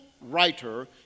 writer